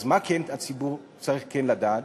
אז מה הציבור צריך כן לדעת?